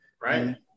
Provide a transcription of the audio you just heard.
right